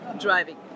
driving